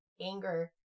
anger